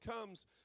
comes